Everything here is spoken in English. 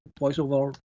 voiceover